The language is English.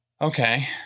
Okay